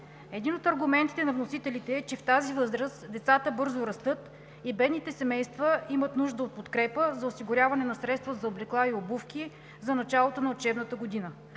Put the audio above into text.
Един от аргументите на вносителите е, че в тази възраст децата бързо растат и бедните семейства имат нужда от подкрепа за осигуряване на средства за облекла и обувки за началото на учебната година.